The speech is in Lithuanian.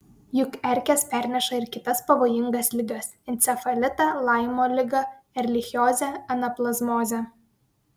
juk erkės perneša ir kitas pavojingas ligas encefalitą laimo ligą erlichiozę anaplazmozę